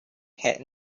had